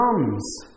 comes